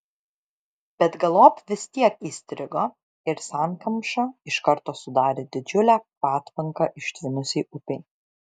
bet galop vis tiek įstrigo ir sankamša iš karto sudarė didžiulę patvanką ištvinusiai upei